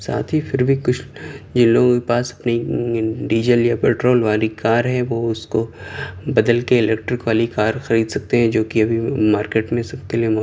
ساتھ ہی پھر بھی کچھ جن لوگوں کے پاس اپنی ڈیزل یا پیٹرول والی کار ہے وہ اس کو بدل کے الیکٹرک والی کار خرید سکتے ہیں جو کہ ابھی مارکیٹ میں سب کے لیے موجود ہیں